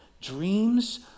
Dreams